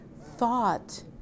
thought